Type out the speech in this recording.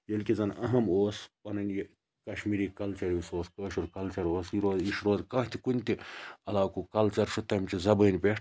ییٚلہِ کہِ زَن اَہَم ٲس پَنٕنۍ یہِ کَشمیٖری کَلچَر یُس اوس کٲشُر کَلچَر اوس یہِ روز یہِ چھُ روز کانٛہہ تہِ کُنہ تہِ علاقُک کَلچَر چھُ تمچہِ زَبٲنٛۍ پیٚٹھ